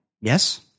Yes